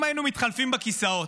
אם היינו מתחלפים בכיסאות,